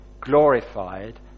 glorified